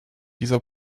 dieser